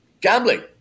gambling